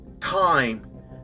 time